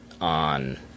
on